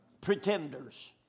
pretenders